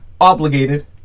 obligated